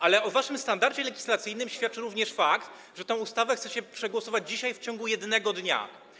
Ale o waszym standardzie legislacyjnym świadczy również fakt, że tę ustawę chcecie przyjąć dzisiaj, w ciągu jednego dnia.